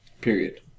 Period